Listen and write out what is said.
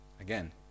Again